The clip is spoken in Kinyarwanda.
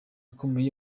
ukomoka